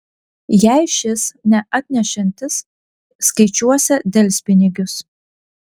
jei šis neatnešiantis skaičiuosią delspinigius